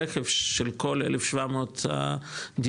הרכש של כל 1,700 הדירות,